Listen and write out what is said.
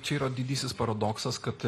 čia yra didysis paradoksas kad